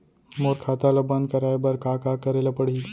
मोर खाता ल बन्द कराये बर का का करे ल पड़ही?